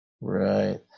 Right